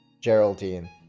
Geraldine